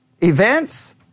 events